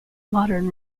modern